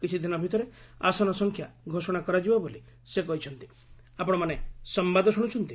କିଛି ଦିନ ଭିତରେ ଆସନ ସଂଖ୍ୟା ଘୋଷଣା କରାଯିବ ବୋଲି ସେ କହିଚ୍ଛନ୍ତି